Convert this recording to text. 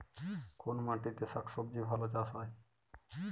কোন মাটিতে শাকসবজী ভালো চাষ হয়?